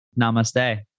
Namaste